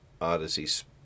Odyssey